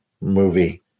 movie